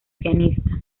pianista